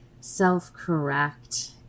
self-correct